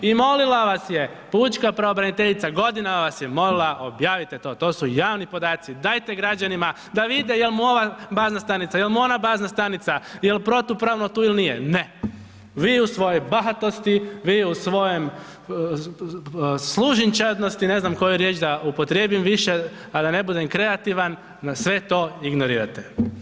I molila vas je pučka pravobraniteljica, godinama vas je molila objavite to, to su javni podaci, dajte građanima, da vide jel' mu ova bazna stanica, jel' mu ona bazna stanica, jel' protupravno tu ili nije, ne, vi u svojoj bahatosti, vi u svojem služenčadnosti, ne znam koju riječ da upotrijebim više a da ne bude a da ne budem kreativan, na sve to ignorirate.